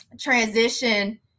transition